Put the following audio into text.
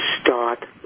Start